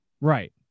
Right